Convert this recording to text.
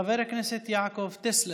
אלוהים יברך אותך.) תודה, חבר הכנסת אחמד טיבי.